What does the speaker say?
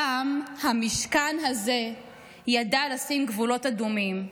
פעם המשכן הזה ידע לשים גבולות אדומים.